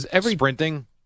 Sprinting